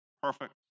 perfect